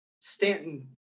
Stanton